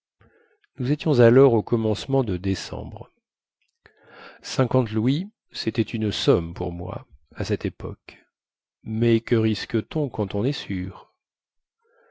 cinquante louis cétait une somme pour moi à cette époque mais que risque-t-on quand on est sûr